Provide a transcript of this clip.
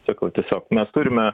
sakau tiesiog mes turime